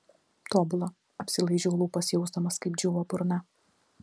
tobula apsilaižau lūpas jausdamas kaip džiūva burna